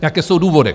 Jaké jsou důvody?